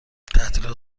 تعطیلات